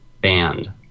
band